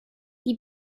die